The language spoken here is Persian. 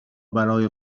برای